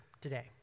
today